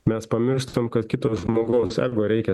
mes pamirštam kad kito žmogaus ego reikia